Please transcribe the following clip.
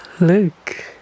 Look